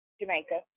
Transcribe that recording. Jamaica